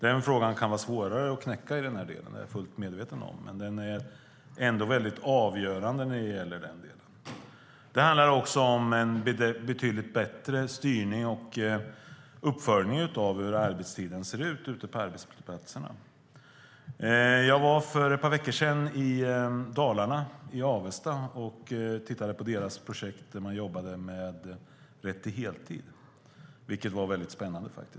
Jag är fullt medveten om att det är ett problem som kan vara svårt att knäcka, men det är avgörande när det gäller jämställdheten. Det handlar också om en betydligt bättre styrning och uppföljning av hur arbetstiderna ser ut ute på arbetsplatserna. För ett par veckor sedan var jag i Dalarna, i Avesta, och tittade på ett projekt där man jobbade med rätt till heltid, vilket var väldigt spännande.